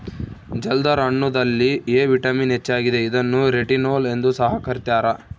ಜಲ್ದರ್ ಹಣ್ಣುದಲ್ಲಿ A vitamin ಹೆಚ್ಚಾಗಿದೆ ಇದನ್ನು ರೆಟಿನೋಲ್ ಎಂದು ಸಹ ಕರ್ತ್ಯರ